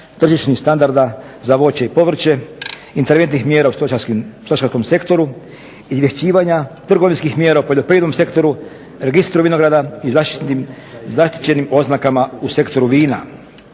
tržišnih standarda za voće i povrće, interventnih mjera u stočarskom sektoru, izvješćivanja trgovinskih mjera u poljoprivrednom sektoru, registru vinograda i zaštićenim oznakama u sektoru vina.